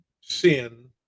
sin